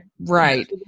right